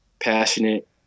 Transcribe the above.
passionate